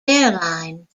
airline